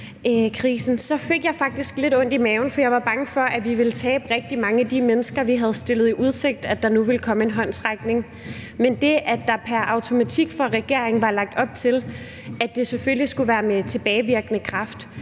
coronakrisen, fik jeg faktisk lidt ondt i maven, for jeg var bange for, at vi ville tabe rigtig mange af de mennesker, vi havde stillet i udsigt, at der nu ville komme en håndsrækning. Men det, at der pr. automatik fra regeringens side var lagt op til, at det selvfølgelig skulle være med tilbagevirkende kraft,